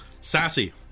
Sassy